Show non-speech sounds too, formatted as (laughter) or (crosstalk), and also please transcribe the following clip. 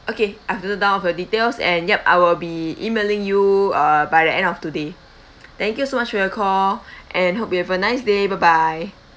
okay I've noted down all of your details and yup I will be emailing you uh by the end of today thank you so much for your call (breath) and hope you have a nice day bye bye